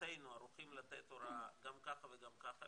מבחינתנו ערוכים לתת הוראה גם ככה וגם ככה.